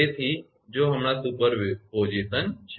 તેથી જો હમણાં સુપરવિઝન છે